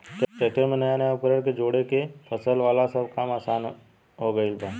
tractor में नया नया उपकरण के जोड़ के फसल वाला सब काम कईल आसान हो गईल बा